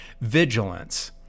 vigilance